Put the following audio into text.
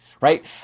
right